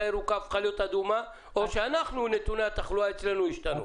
ירוקה תהפוך להיות אדומה או שאצלנו נתוני התחלואה ישתנו?